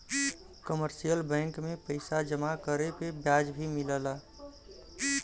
commercial bank में पइसा जमा करे पे ब्याज भी मिलला